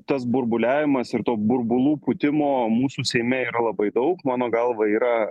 tas burbuliavimas ir to burbulų pūtimo mūsų seime yra labai daug mano galva yra